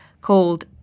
called